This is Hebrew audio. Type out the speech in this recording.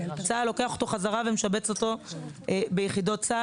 וצה"ל לוקח אותו חזרה ומשבץ אותו ביחידות צה"ל.